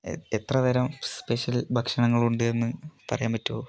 A എത്ര തരം special ഭക്ഷണങ്ങൾ ഉണ്ട് എന്ന് പറയാൻ പറ്റുമോ